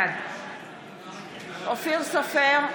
בעד אופיר סופר,